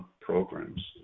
programs